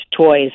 toys